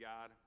God